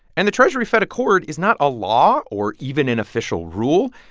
and the treasury-fed accord is not a law or even an official rule.